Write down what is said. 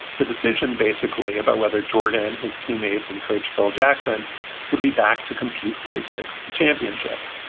the decision basically about whether jordan has teammates and coach phil jackson would be back to compete for a sixth championship.